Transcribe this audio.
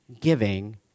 giving